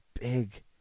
big